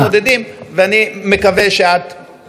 ואני מקווה שאת רגישה לה.